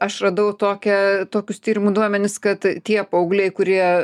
aš radau tokią tokius tyrimų duomenis kad tie paaugliai kurie